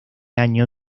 año